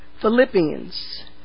Philippians